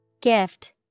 Gift